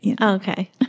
Okay